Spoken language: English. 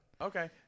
Okay